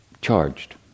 charged